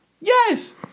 Yes